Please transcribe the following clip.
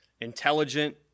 intelligent